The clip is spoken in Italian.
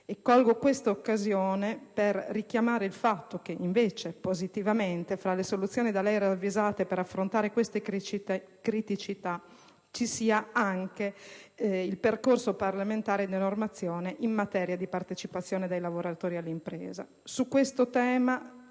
Colgo questa occasione per richiamare il fatto che, invece, positivamente, fra le soluzioni da lei ravvisate per affrontare queste criticità, ci sia anche il percorso parlamentare della normazione in materia di partecipazione dei lavoratori all'impresa. Su questo tema,